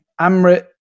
Amrit